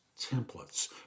templates